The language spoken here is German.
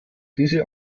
diese